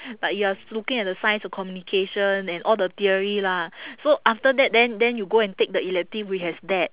like you are looking at the signs of communication and all the theory lah so after that then then you go and take the elective which has that